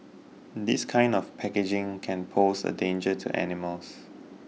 this kind of packaging can pose a danger to animals